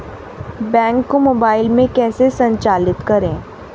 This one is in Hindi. बैंक को मोबाइल में कैसे संचालित करें?